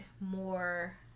more